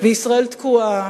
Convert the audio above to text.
וישראל תקועה.